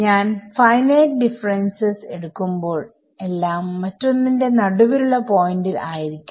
ഞാൻ finite differences എടുക്കുമ്പോൾ എല്ലാം മറ്റൊന്നിന്റെ നടുവിലുള്ള പോയിന്റിൽ ആയിരിക്കും